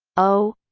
o